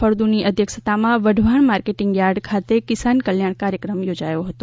ફળદુની અધ્યક્ષતામાં Wadhwan marketing yard ખાતે કિસાન કલ્યાણ કાર્યક્રમ યોજાયો હતો